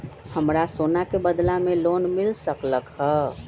हमरा सोना के बदला में लोन मिल सकलक ह?